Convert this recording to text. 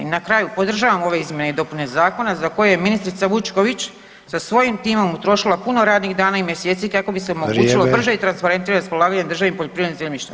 na kraju, podržavam ove izmjene i dopune zakona za koje je ministrica Vučković sa svojim timom utrošila puno radnih dana i mjeseci kako bi se [[Upadica: Vrijeme]] omogućilo brže i transparentnije raspolaganje državnim poljoprivrednim zemljištem.